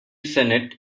senate